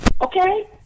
Okay